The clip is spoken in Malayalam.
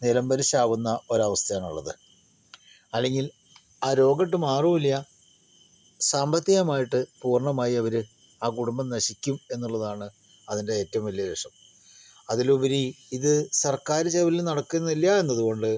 നിലം പരിശാകുന്ന ഒരു അവസ്ഥയാണുള്ളത് അല്ലെങ്കിൽ ആ രോഗമൊട്ടു മാറുകയും ഇല്ല സാമ്പത്തികമായിട്ട് പൂർണമായി അവര് ആ കുടുംബം നശിക്കും എന്നുള്ളതാണ് അതിൻ്റെ ഏറ്റവും വലിയ വിഷമം അതിലുപരി ഇത് സർക്കാര് ചിലവില് നടക്കുന്നില്ല എന്നതുകൊണ്ട്